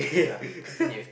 ya continue